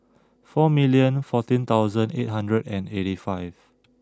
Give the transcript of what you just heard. four million fourteen thousand eight hundred and eighty five